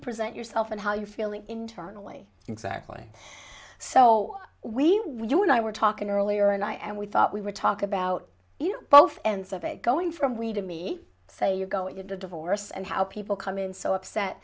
present yourself and how you're feeling internally exactly so we you and i were talking earlier and i and we thought we were talk about you know both ends of it going from we to me say you go into divorce and how people come in so upset